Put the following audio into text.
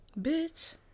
bitch